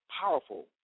powerful